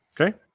okay